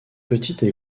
petites